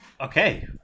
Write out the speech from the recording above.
Okay